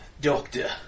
Doctor